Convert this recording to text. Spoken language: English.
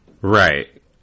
Right